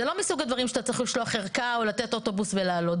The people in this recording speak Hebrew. זה לא מסוג הדברים שאתה צריך לשלוח ערכה או לתת אוטובוס ולעלות.